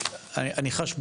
אני חש בושה.